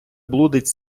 блудить